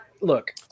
Look